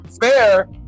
fair